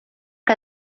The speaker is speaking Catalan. que